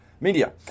media